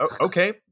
Okay